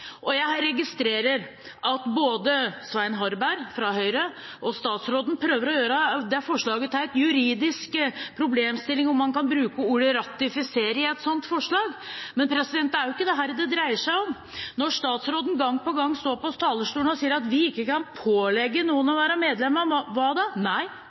og jeg registrerer at både Svein Harberg fra Høyre og statsråden prøver å gjøre det forslaget til en juridisk problemstilling om hvorvidt man kan bruke ordet «ratifisere» i et sånt forslag. Men det er jo ikke det dette dreier seg om. Når statsråden gang på gang står på talerstolen og sier at man ikke kan pålegge noen å være medlem av WADA, skjønner også vi det,